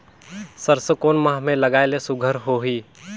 सरसो कोन माह मे लगाय ले सुघ्घर होही?